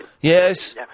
Yes